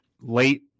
late